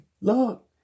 Look